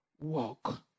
walk